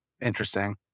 Interesting